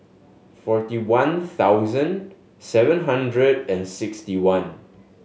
forty one thousand seven hundred and sixty one